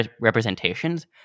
representations